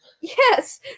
Yes